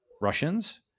Russians